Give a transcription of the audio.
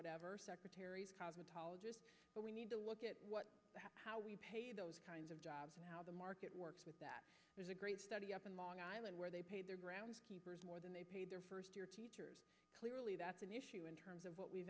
whatever secretaries cosmetologist but we need to look at what how we pay those kinds of jobs and how the market works with that there's a great study up in long island where they paid their groundskeepers more than they paid their first year teachers clearly that's an issue in terms of what we